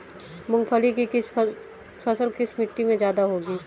मूंगफली की फसल किस मिट्टी में ज्यादा होगी?